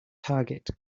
target